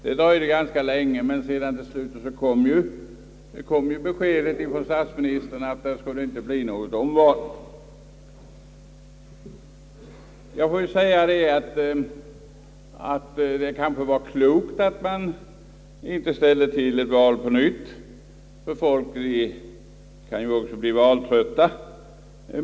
Det dröjde ganska länge, men till slut kom beskedet från statsministern att det inte skulle bli något nyval. Jag får ju säga att det nog var klokt att man inte ställde till med ett nytt val — folk kan också bli valtrötta.